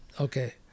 Okay